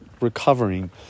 recovering